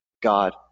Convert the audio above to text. God